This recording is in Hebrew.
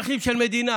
יש צרכים של מדינה.